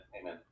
Amen